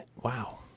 wow